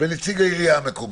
ונציג העירייה המקומי,